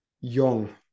young